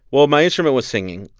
well, my instrument was singing,